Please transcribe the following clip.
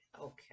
Okay